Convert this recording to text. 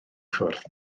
ffwrdd